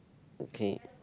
okay